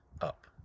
up